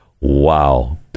wow